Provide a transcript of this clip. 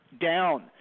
down